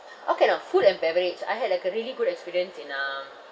okay now food and beverage I had like a really good experience in um